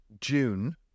June